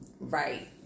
right